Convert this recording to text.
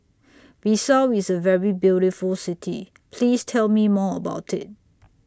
Bissau IS A very beautiful City Please Tell Me More about IT